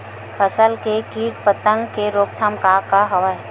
फसल के कीट पतंग के रोकथाम का का हवय?